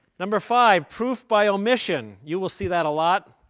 number five proof by omission you will see that a lot,